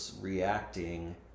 reacting